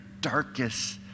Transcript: darkest